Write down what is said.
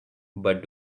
but